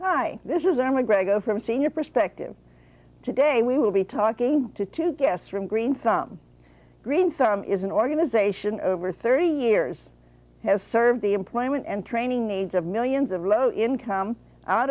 hi this is are my grego from seeing your perspective today we will be talking to two guests from green thumb green thumb is an organization over thirty years has served the employment and training needs of millions of low income out